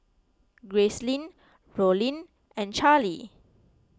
Gracelyn Rollin and Charlee